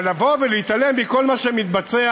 אבל לבוא ולהתעלם מכל מה שמתבצע,